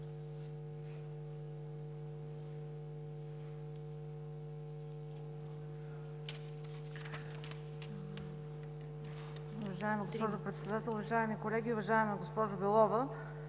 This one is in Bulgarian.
Благодаря, госпожо Председател. Уважаеми колеги, уважаема госпожо Белова!